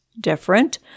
different